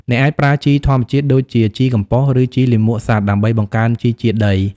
អ្នកអាចប្រើជីធម្មជាតិដូចជាជីកំប៉ុស្ត ឬជីលាមកសត្វ ដើម្បីបង្កើនជីជាតិដី។